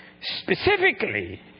Specifically